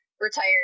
retired